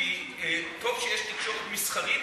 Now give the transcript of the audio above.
טוב שיש תקשורת מסחרית,